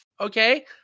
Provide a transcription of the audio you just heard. Okay